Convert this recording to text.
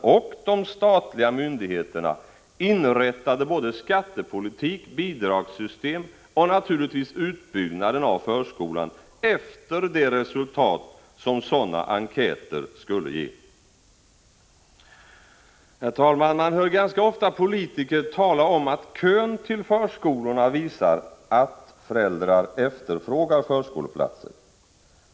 och statliga myndigheterna inrättade både skattepolitik, bidragssystem och naturligtvis utbyggnaden av förskolan efter de resultat som sådana enkäter skulle ge? Herr talman! Man hör ganska ofta politiker tala om att kön till förskolorna visar att föräldrar efterfrågar förskoleplatser.